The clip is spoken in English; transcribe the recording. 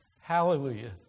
Hallelujah